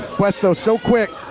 quest, though, so quick,